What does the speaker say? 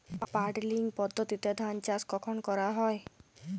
Puddling পদ্ধতিতে ধান চাষ কখন করা হয়?